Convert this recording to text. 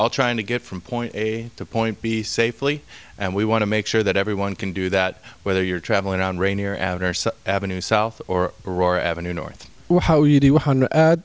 all trying to get from point a to point b safely and we want to make sure that everyone can do that whether you're traveling around rainier anderson ave south or ror avenue north